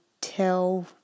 tell